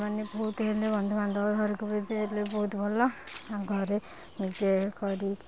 ମାନେ ବହୁତ ହେଲେ ବନ୍ଧୁ ବାନ୍ଧବ ଘରକୁ ବି ଦେଲେ ବହୁତ ଭଲ ଘରେ ନିଜେ କରିକି